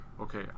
okay